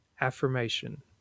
affirmation